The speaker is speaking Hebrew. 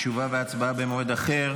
תשובה והצבעה במועד אחר.